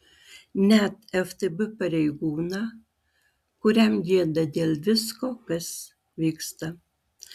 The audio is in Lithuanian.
net ftb pareigūną kuriam gėda dėl visko kas vyksta